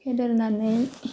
फेदेरनानै